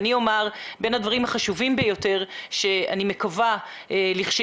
אני אומר שבין הדברים החשובים ביותר שאני מקווה שכאשר